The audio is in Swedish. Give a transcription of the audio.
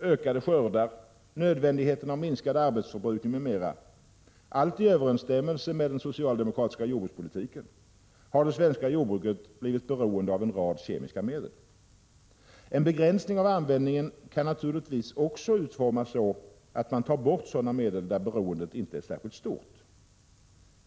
ökade skördar, nödvändigheten av minskad arbetsförbrukning m.m. —allt i överensstämmelse med den socialdemokratiska jordbrukspolitiken — har det svenska jordbruket blivit beroende av en rad kemiska medel. En begränsning av användningen kan naturligtvis också utformas så, att man tar bort sådana medel av vilka beroendet inte är särskilt stort.